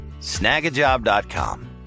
Snagajob.com